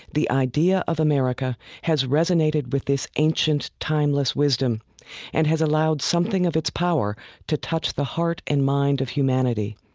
the idea of america has resonated with this ancient, timeless wisdom and has allowed something of its power to touch the heart and mind of humanity.